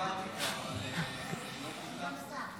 דיברתי כבר, אבל זה לא מעודכן פה.